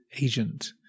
agent